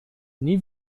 nie